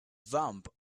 vamp